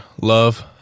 love